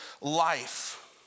life